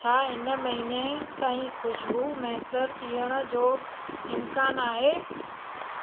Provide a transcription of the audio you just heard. छा हिन महीने ताईं खुशबु मुयसरु थियण जो इम्कान आहे